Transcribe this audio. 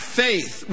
faith